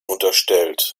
unterstellt